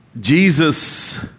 Jesus